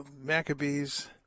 Maccabees